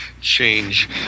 change